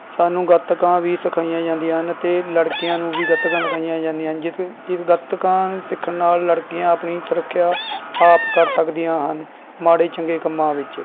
ਸਾਨੂੰ ਗੱਤਕਾ ਵੀ ਸਿਖਾਈਆਂ ਜਾਦੀਆਂ ਹਨ ਅਤੇ ਲੜਕੀਆਂ ਨੂੰ ਵੀ ਗੱਤਕਾ ਸਿਖਾਈਆਂ ਜਾਂਦੀਆਂ ਹਨ ਜਿਸ ਜਿਸ ਗੱਤਕਾ ਸਿੱਖਣ ਨਾਲ਼ ਲੜਕੀਆਂ ਆਪਣੀ ਸੁਰੱਖਿਆ ਆਪ ਕਰ ਸਕਦੀਆਂ ਹਨ ਮਾੜੇ ਚੰਗੇ ਕੰਮਾਂ ਵਿੱਚ